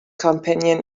companion